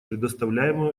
предоставляемую